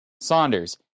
Saunders